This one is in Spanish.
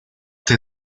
the